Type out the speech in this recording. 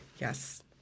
Yes